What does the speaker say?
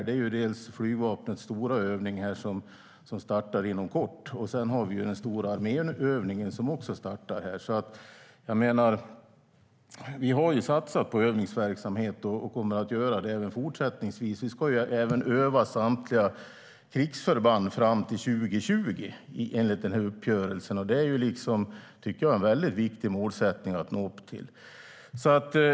Det är dels flygvapnets stora övning som startar inom kort, dels den stora arméövningen, som också startar snart. Vi har satsat på övningsverksamhet och kommer att göra det även fortsättningsvis. Enligt uppgörelsen ska vi även ha övningar med samtliga krigsförband fram till 2020, och det tycker jag är en viktig målsättning att nå upp till.